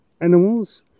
animals